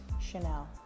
Chanel